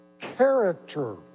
character